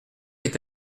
est